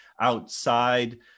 outside